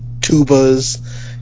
tubas